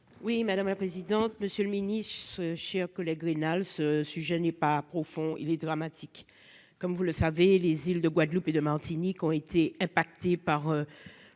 Oui, madame la présidente, monsieur le ministre, chers collègues Greenhalgh, sujet : je n'ai pas profond, il est dramatique, comme vous le savez, les îles de Guadeloupe et de Martinique ont été impactés par